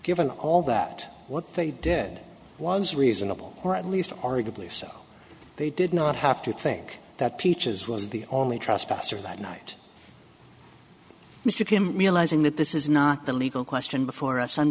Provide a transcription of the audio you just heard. given all that what they did was reasonable or at least arguably so they did not have to think that peaches was the only trespasser that night mr pm realizing that this is not the legal question before us i'm